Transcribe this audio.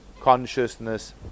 consciousness